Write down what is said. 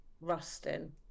rusting